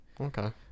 Okay